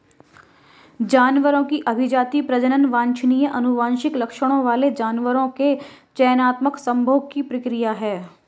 जानवरों की अभिजाती, प्रजनन वांछनीय आनुवंशिक लक्षणों वाले जानवरों के चयनात्मक संभोग की प्रक्रिया है